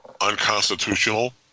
unconstitutional